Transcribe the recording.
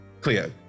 Cleo